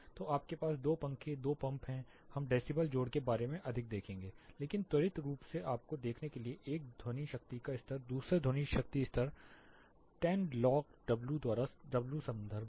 तो आपके पास 2 पंखे 2 पंप हैं हम डेसीबल जोड़ के बारे में अधिक देखेंगे लेकिन त्वरित रूप से आपको देखने के लिए 1 ध्वनि शक्ति का स्तर दूसरा ध्वनि शक्ति स्तर 10 लॉग डब्ल्यू द्वारा डब्ल्यू संदर्भ है